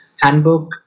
handbook